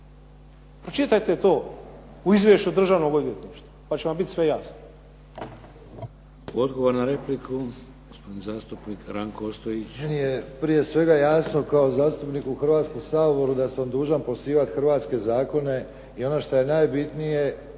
Pročitajte to u izvješću Državnog odvjetništva pa će vam biti sve jasno.